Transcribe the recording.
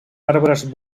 arbres